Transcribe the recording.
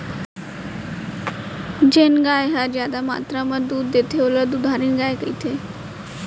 जेन गाय ह जादा मातरा म दूद देथे ओला दुधारिन गाय कथें